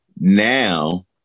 Now